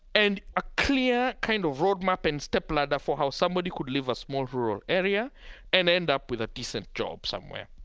and a clear kind of roadmap and stepladder for how somebody could leave a small rural area and end up with a decent job somewhere.